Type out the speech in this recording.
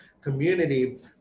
community